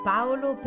Paolo